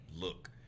look